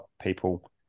people